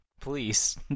Please